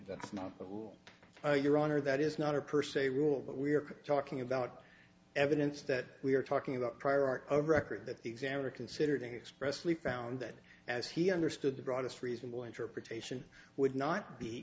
that's not the rule your honor that is not a per se rule but we are talking about evidence that we are talking about prior art a record that the examiner considered expressly found that as he understood the broadest reasonable interpretation would not be